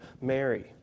Mary